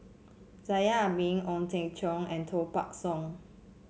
Zainal Abidin Ong Teng Cheong and Koh Buck Song